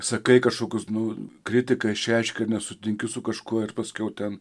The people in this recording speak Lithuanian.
sakai kažkokius kritiką išreiški nesutinki su kažkuo ir paskiau ten